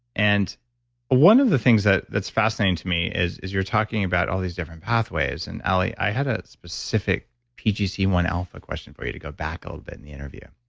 and one of the things that's fascinating to me is is you're talking about all these different pathways and ally, i had a specific pgc, one alpha question for you to go back a little bit in the interview.